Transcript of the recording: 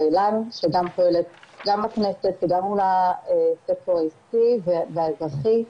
אילן שגם פועלת גם בכנסת וגם מול הסקטור העסקי והפרטי.